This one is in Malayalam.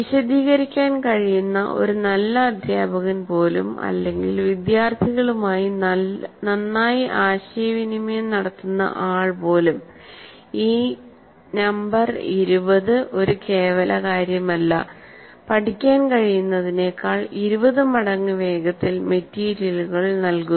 വിശദീകരിക്കാൻ കഴിയുന്ന ഒരു നല്ല അധ്യാപകൻ പോലും അല്ലെങ്കിൽ വിദ്യാർത്ഥികളുമായി നന്നായി ആശയവിനിമയം നടത്തുന്ന ആൾ പോലും ഈ നമ്പർ 20 ഒരു കേവല കാര്യമല്ല പഠിക്കാൻ കഴിയുന്നതിനേക്കാൾ 20 മടങ്ങ് വേഗത്തിൽ മെറ്റീരിയലുകൾ നൽകുന്നു